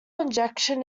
injection